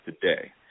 today